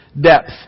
depth